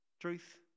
Truth